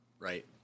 Right